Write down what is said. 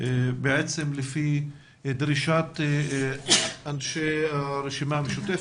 לפי דרישת אנשי הרשימה המשותפת,